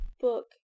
book